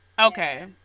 Okay